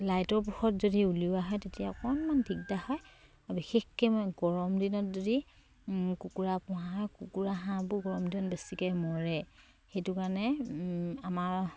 লাইটৰ পোহৰত যদি উলিওৱা হয় তেতিয়া অকণমান দিগদাৰ হয় বিশেষকে মই গৰম দিনত যদি কুকুৰা পোহা হয় কুকুৰা হাঁহবোৰ গৰম দিনত বেছিকে মৰে সেইটো কাৰণে আমাৰ